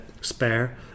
spare